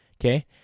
okay